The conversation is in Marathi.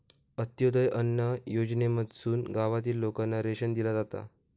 अंत्योदय अन्न योजनेमधसून गावातील लोकांना रेशन दिला जाता